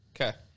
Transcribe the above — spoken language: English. Okay